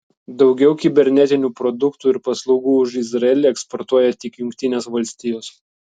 daugiau kibernetinių produktų ir paslaugų už izraelį eksportuoja tik jungtinės valstijos